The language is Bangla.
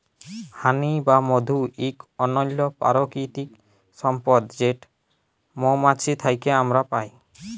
হানি বা মধু ইক অনল্য পারকিতিক সম্পদ যেট মোমাছি থ্যাকে আমরা পায়